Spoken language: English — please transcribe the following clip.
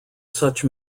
such